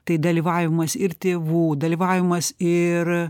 tai dalyvavimas ir tėvų dalyvavimas ir